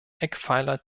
eckpfeiler